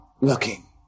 looking